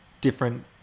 different